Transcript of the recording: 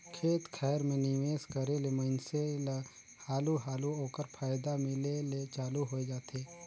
खेत खाएर में निवेस करे ले मइनसे ल हालु हालु ओकर फयदा मिले ले चालू होए जाथे